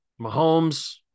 Mahomes